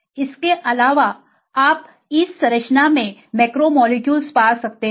इसके अलावा आप इस संरचना में मैक्रोमोलेक्यूल्स पा सकते हैं